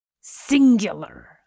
singular